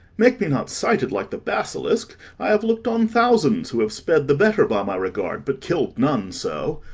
make me not sighted like the basilisk i have look'd on thousands who have sped the better by my regard, but kill'd none so.